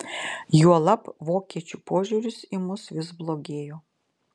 juolab vokiečių požiūris į mus vis blogėjo